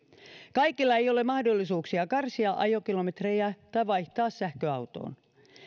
kaikilla ei ole mahdollisuuksia karsia ajokilometrejä tai vaihtaa sähköautoon